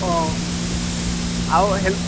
অঁ আৰু হেল্ল'